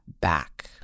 back